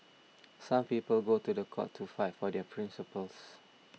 some people go to the court to fight for their principles